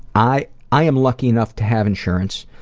i i am lucky enough to have insurance,